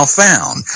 found